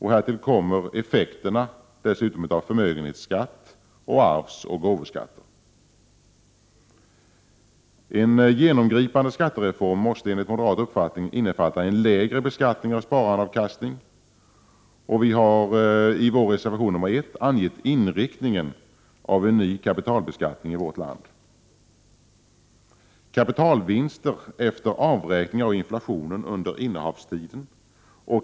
Härtill kommer effekterna av förmögenhetsoch arvsoch gåvoskatter. En genomgripande skattereform måste enligt moderat uppfattning innefatta en lägre beskattning av sparandeavkastningen. Vi har i vår reservation nr 1 angett inriktningen av en ny kapitalbeskattning i vårt land.